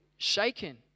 shaken